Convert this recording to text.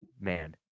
man